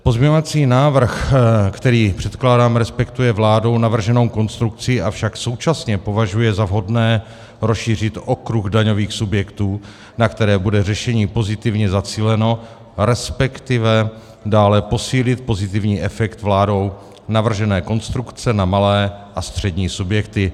Pozměňovací návrh, který předkládám, respektuje vládou navrženou konstrukci, avšak současně považuje za vhodné rozšířit okruh daňových subjektů, na které bude řešení pozitivně zacíleno, resp. dále posílit pozitivní efekt vládou navržené konstrukce na malé a střední subjekty.